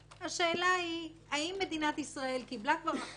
השאלה היא האם מדינת ישראל קיבלה כבר החלטה,